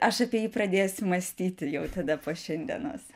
aš apie jį pradėsiu mąstyti jau tada po šiandienos